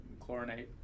chlorinate